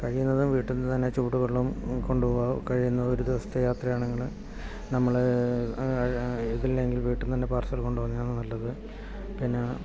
കഴിയുന്നതും വീട്ടിൽ നിന്നു തന്നെ ചൂടു വെള്ളം കൊണ്ടു പോകുക കഴിയുന്നതും ഒരു ദിവസത്തെ യാത്രയാണെങ്കിൽ നമ്മൾ ഇതില്ലെങ്കിൽ വീട്ടിൽ നിന്ന് തന്നെ പാഴ്സൽ കൊണ്ടുപോകുന്നതാണ് നല്ലത് പിന്നെ